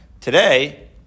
today